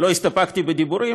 לא הסתפקתי בדיבורים,